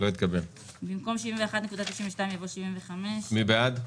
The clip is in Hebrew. הצבעה לא אושר במקום 71.92 יבוא 75. מי בעד?